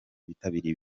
bitabiriye